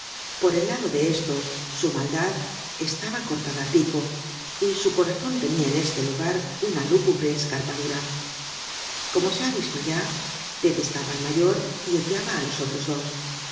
por el lado de estos su maldad estaba cortadaá pico y su corazon tenia en este lugar una lúgubre escarpadura como se ha visto ya detestaba al mayor y odiaba á los otros dos